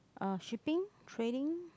uh shipping trading